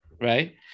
Right